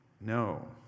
No